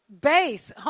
base